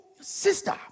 sister